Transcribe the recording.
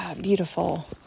beautiful